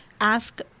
ask